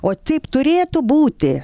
o taip turėtų būti